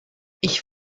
ich